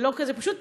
זה לא כזה פשוט.